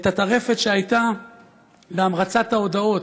את הטרפת שהייתה להמרצת ההודעות,